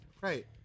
right